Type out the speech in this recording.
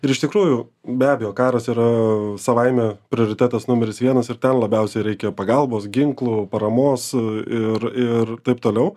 ir iš tikrųjų be abejo karas yra savaime prioritetas numeris vienas ir ten labiausiai reikia pagalbos ginklų paramos ir ir taip toliau